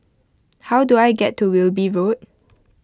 how do I get to Wilby Road